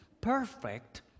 perfect